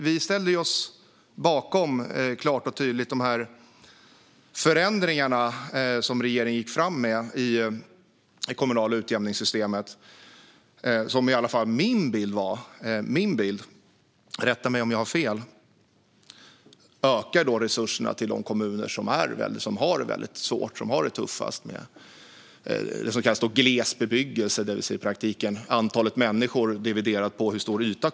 Vi ställer oss klart och tydligt bakom de förändringar i det kommunala utjämningssystemet som regeringen gick fram med. Det är i alla fall min bild - rätta mig om jag har fel - att det ökar resurserna till de kommuner som har det tuffast med det som kallas glesbebyggelse, i praktiken antalet människor dividerat med kommunens yta.